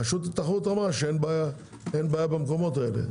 רשות התחרות אמרה שאין בעיה במקומות האלה.